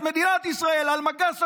את מדינת ישראל,